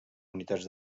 unitats